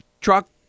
truck